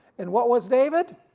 and what was david?